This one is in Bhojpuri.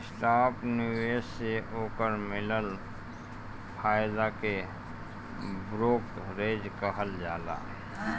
स्टाक निवेश से ओकर मिलल फायदा के ब्रोकरेज कहल जाला